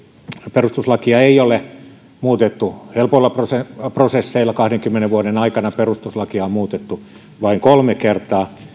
perustuslakia ei ole muutettu helpoilla prosesseilla prosesseilla kahdenkymmenen vuoden aikana perustuslakia on muutettu vain kolme kertaa